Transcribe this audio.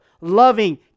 loving